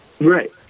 Right